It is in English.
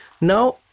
Now